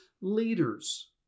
leaders